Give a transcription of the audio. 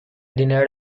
denied